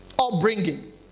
Upbringing